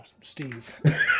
Steve